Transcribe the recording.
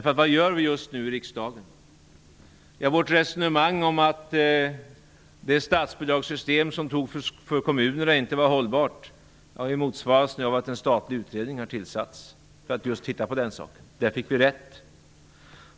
Vad gör vi just nu i riksdagen? Jo, vårt resonemang om att det statsbidragssystem som infördes för kommunerna inte var hållbart motsvaras nu av att en statlig utredning har tillsatts för att just titta på den saken. På den punkten fick vi rätt.